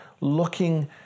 looking